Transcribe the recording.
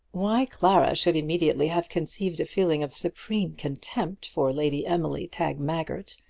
why clara should immediately have conceived a feeling of supreme contempt for lady emily tagmaggert,